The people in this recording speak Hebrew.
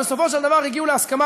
ובסופו של דבר הגיעו להסכמה,